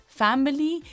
family